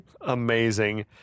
Amazing